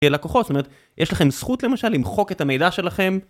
לקוחות, זאת אומרת, יש לכם זכות למשל למחוק את המידע שלכם.